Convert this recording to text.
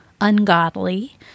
ungodly